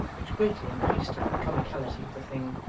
which greatly increased the comicality of the thing,